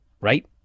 Right